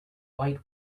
white